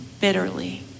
bitterly